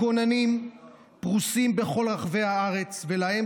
הכוננים פרוסים בכל רחבי הארץ ויש להם